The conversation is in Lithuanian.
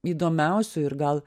įdomiausių ir gal